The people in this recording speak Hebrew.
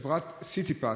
שחברת סיטיפס,